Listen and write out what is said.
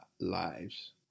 lives